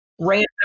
random